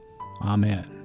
Amen